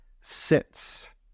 sits